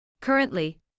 Currently